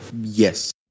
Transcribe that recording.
Yes